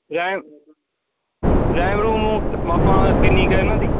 ਰੈ RAM room ਮ ਪ ਆਪਾਂ ਕਿੰਨੀ ਕੁ ਹੈ ਇਹਨਾਂ ਦੀ